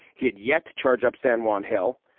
he had yet to charge up san juan hill.